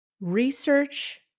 research